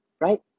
right